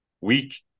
Week